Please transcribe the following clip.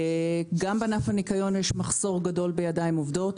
גם בענף הניקיון יש מחסור גדול בידיים עובדות.